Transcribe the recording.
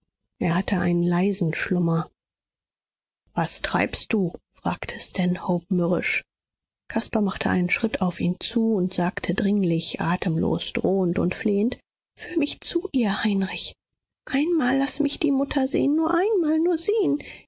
er hatte einen leisen schlummer was treibst du fragte stanhope mürrisch caspar machte einen schritt auf ihn zu und sagte dringlich atemlos drohend und flehend führ mich zu ihr heinrich einmal laß mich die mutter sehen nur einmal nur sehen